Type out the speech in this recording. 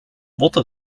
worte